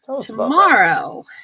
Tomorrow